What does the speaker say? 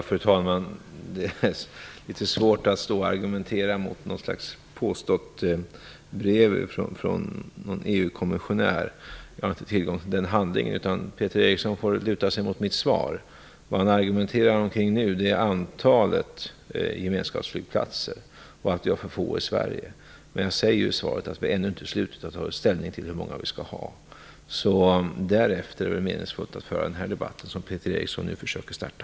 Fru talman! Det är litet svårt att argumentera mot ett påstått brev från en EU-kommissionär. Jag har inte tillgång till den handlingen. Peter Eriksson får luta sig mot mitt svar. Nu argumenterar han kring antalet gemenskapsflygplatser och att vi har för få i Sverige. Jag säger ju i svaret att vi ännu inte slutgiltigt har tagit ställning till hur många vi skall ha. Först därefter är det meningsfullt att föra den debatt som Peter Eriksson nu försöker starta.